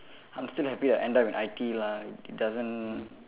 I'm still happy I end up in I_T_E lah it doesn't